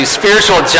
spiritual